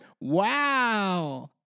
wow